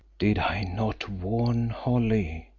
did i not warn holly,